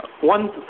One